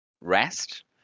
rest